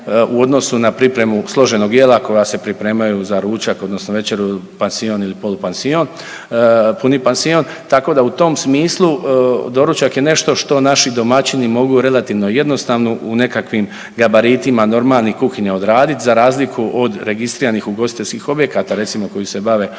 u odnosu na pripremu složenog jela koja se pripremaju za ručak odnosno večeru, pansion ili polupansion, puni pansion, tako da u tom smislu doručak je nešto što naši domaćini mogu relativno jednostavno u nekakvim gabaritima normalnih kuhinja odradit za razliku od registriranih ugostiteljskih objekata recimo koji se bave